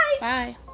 Bye